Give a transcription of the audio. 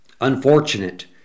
unfortunate